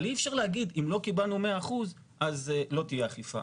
אבל אי אפשר להגיד 'אם לא קיבלנו 100% אז לא תהיה אכיפה'.